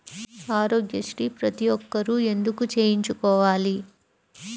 ఆరోగ్యశ్రీ ప్రతి ఒక్కరూ ఎందుకు చేయించుకోవాలి?